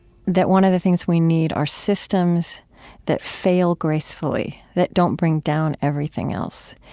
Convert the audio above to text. that one of the things we need are systems that fail gracefully, that don't bring down everything else.